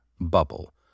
bubble